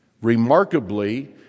Remarkably